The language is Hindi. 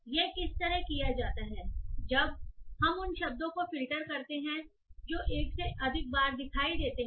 यह किस तरह किया जाता है जब हम उन शब्दों को फ़िल्टर करते हैं जो एक से अधिक बार दिखाई देते हैं